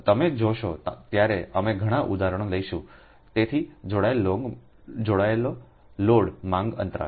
તમે જોશો ત્યારે અમે ઘણા ઉદાહરણો લઈશું તેથી જોડાયેલ લોડ માંગ અંતરાલ